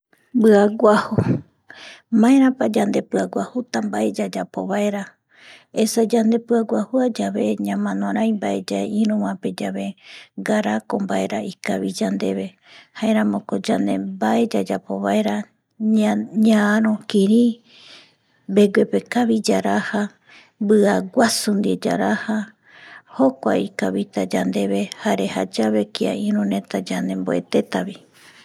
Mbiaguaju, maerapa yandepiaguajuta mbae yayapovaera esa yandepia guajuayave ñamanorai yae iruvaepeyave ngarako ikavi yandeve jaeramoko yande mbae yayapovaera ñaaro kirii mbeguepe kavi yaraja mbiaguasu ndie yaraja jokuae ikavita yandeve jare jayave kia irureta yandemboetetavi